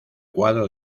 cuadro